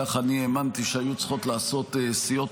כך אני האמנתי שהיו צריכות לעשות סיעות